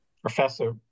professor